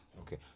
Okay